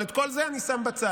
אבל את כל זה אני שם בצד.